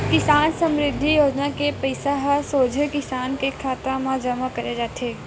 किसान समरिद्धि योजना के पइसा ह सोझे किसान के खाता म जमा करे जाथे